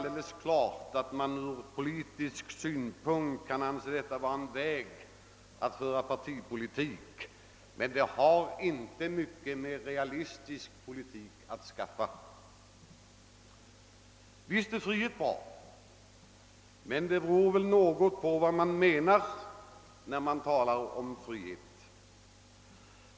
Det kan självfallet vara en väg att föra partipolitik, men det har inte mycket med realistisk politik att skaffa. Visst är frihet bra, men det beror också något på vad man menar när man talar om frihet.